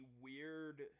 weird